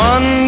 One